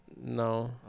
No